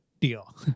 deal